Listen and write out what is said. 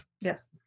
Yes